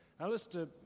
Alistair